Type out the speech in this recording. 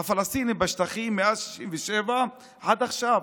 הפלסטינים בשטחים, מאז 67' עד עכשיו,